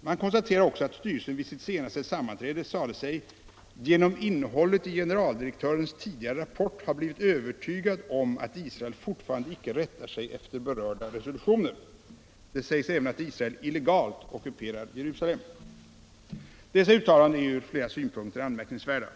Man konstaterar också att styrelsen vid sitt senaste sammanträde sade sig ”genom innehållet i generaldirektörens tidigare rapport ha blivit övertygad om att Israel fortfarande icke rättar sig efter berörda resolutioner”. Det sägs även att Israel illegalt ockuperar Jerusalem. Dessa uttalanden är ur flera synpunkter anmärkningsvärda.